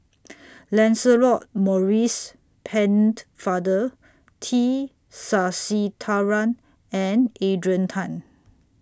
Lancelot Maurice Pennefather T Sasitharan and Adrian Tan